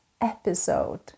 episode